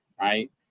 right